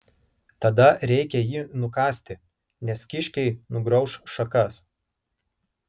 tada reikia jį nukasti nes kiškiai nugrauš šakas